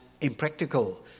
impractical